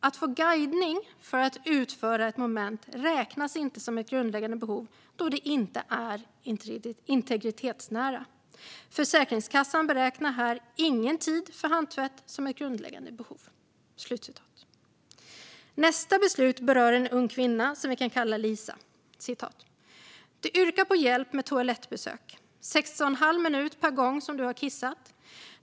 Att få guidning för att utföra ett moment räknas inte som ett grundläggande behov då det inte är integritetsnära. Försäkringskassan beräknar här ingen tid för handtvätt som ett grundläggande behov." Nästa beslut rör en ung kvinna som vi kan kalla Lisa. "Du yrkar på hjälp med toalettbesök, 6,5 minuter per gång när du har kissat.